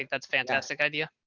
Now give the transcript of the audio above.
that's fantastic idea.